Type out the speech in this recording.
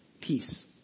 peace